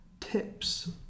Tips